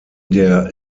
der